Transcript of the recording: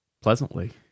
pleasantly